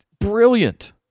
brilliant